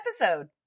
episode